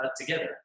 together